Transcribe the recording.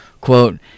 Quote